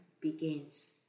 begins